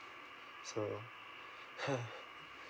so